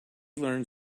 learned